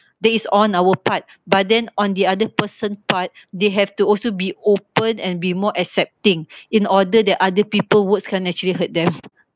this is on our part but then on the other person part they have to also be open and be more accepting in order that other people words can't actually hurt them